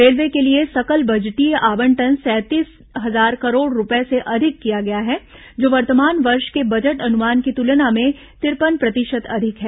railway के लिए सकल बजटीय आवंटन सैंतीस हजार करोड़ रूपये से अधिक किया गया है जो वर्तमान वर्ष के बजट अनुमान की तुलना में तिरपन प्रतिशत अधिक है